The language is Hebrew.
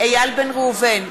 איל בן ראובן,